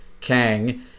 Kang